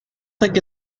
think